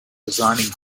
designing